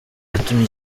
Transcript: yatumye